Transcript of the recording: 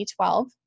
B12